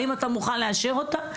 האם אתה מוכן לאשר אותה?".